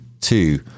Two